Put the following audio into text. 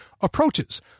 approaches